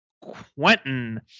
Quentin